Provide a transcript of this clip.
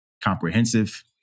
comprehensive